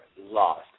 Lost